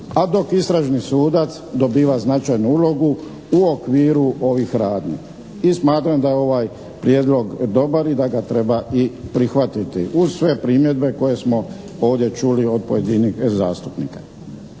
a dok istražni sudac dobiva značajnu ulogu u okviru ovih radnji i smatram da je ovaj prijedlog dobar i da ga treba i prihvatiti uz sve primjedbe koje smo ovdje čuli od pojedinih zastupnika.